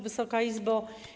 Wysoka Izbo!